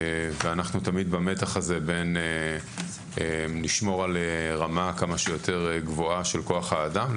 ואנחנו תמיד במתח הזה בין לשמור על רמה כמה שיותר גבוהה של כוח אדם,